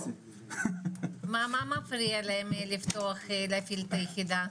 מה מפריע להם לפתוח, להפעיל את היחידה?